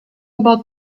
about